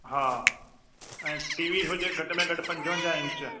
हा ऐं T V हुजे घटि में घटि पंजवंजाह इंच